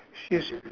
she's